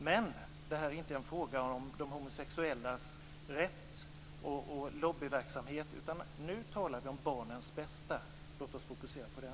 Men det här är inte en fråga om de homosexuellas rätt eller någon lobbyverksamhet, utan nu talar vi om barnens bästa. Låt oss fokusera på det.